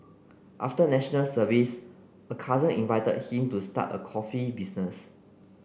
after National Service a cousin invited him to start a coffee business